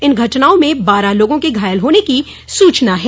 इन घटनाओं में बारह लोगों के घायल होने की सूचना है